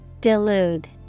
Delude